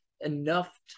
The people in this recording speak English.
enough